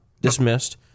Dismissed